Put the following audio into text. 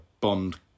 Bond